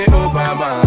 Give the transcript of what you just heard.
obama